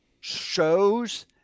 shows